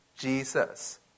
Jesus